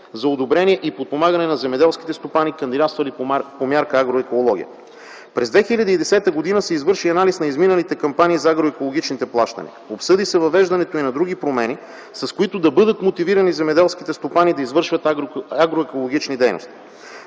за одобрение и подпомагане на земеделските стопани, кандидатствали по Мярка „Агроекология”. През 2010 г. се извърши анализ на изминалите кампании за агроекологичните плащания. Обсъди се въвеждането и на други промени, с които да бъдат мотивирани земеделските стопани да извършват агроекологични дейности.